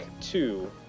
two